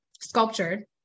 sculpture